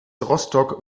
rostock